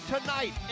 tonight